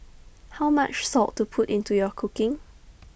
how much salt to put into your cooking